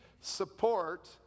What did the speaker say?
support